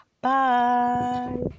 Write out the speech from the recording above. bye